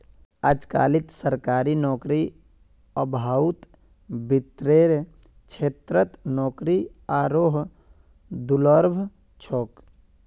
अजकालित सरकारी नौकरीर अभाउत वित्तेर क्षेत्रत नौकरी आरोह दुर्लभ छोक